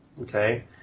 Okay